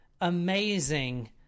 amazing